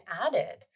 added